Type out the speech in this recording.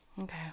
Okay